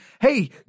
Hey